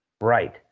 Right